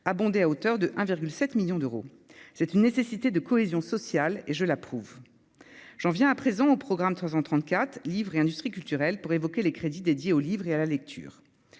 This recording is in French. abondé à hauteur de 1 virgule 7 millions d'euros, c'est une nécessité de cohésion sociale et je l'approuve, j'en viens à présent au programme 334 Livre et industries culturelles pour évoquer les crédits dédiés aux livres et à la lecture